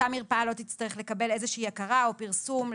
אותה מרפאה לא תצטרך לקבל איזושהי הכרה או פרסום,